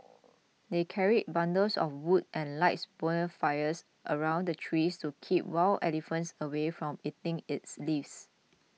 they carried bundles of wood and light bonfires around the tree to keep wild elephants away from eating its leaves